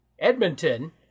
Edmonton